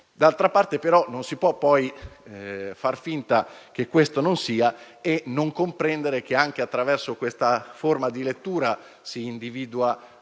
d'altra parte, però, non si può poi far finta che questo non sia e non comprendere che, anche attraverso questa forma di lettura, si individui